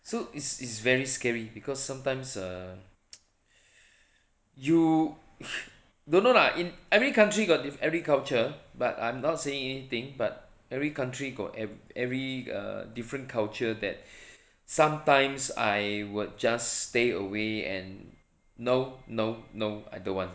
so is is very scary because sometimes uh you don't know lah in every country got diff~ every culture but I'm not saying anything but every country got ever~ every err different culture that sometimes I would just stay away and no no no I don't want